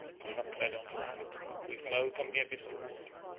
we do not tread on the land we float on the abyss of water,